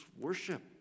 worship